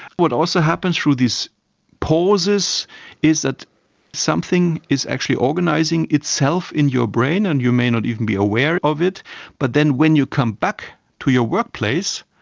what also happens through these pauses is that something is actually organising itself in your brain and you may not even be aware of but then when you come back to your workplace,